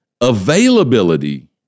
availability